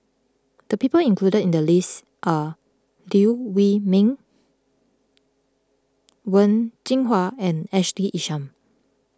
the people included in the list are Liew Wee Mee Wen Jinhua and Ashley Isham